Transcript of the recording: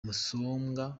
musombwa